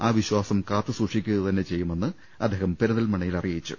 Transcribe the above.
ആ വിശ്വാസം കാത്തുസൂക്ഷിക്കുക തന്നെ ചെയ്യുമെന്ന് അദ്ദേഹം പെരിന്തൽമണ്ണയിൽ അറിയിച്ചു